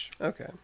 Okay